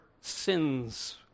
sins